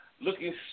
looking